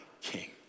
King